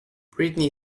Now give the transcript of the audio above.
britney